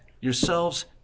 yourselves